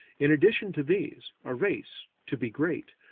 in addition to these, a race, to be great,